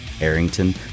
Arrington